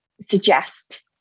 suggest